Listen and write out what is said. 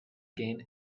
gain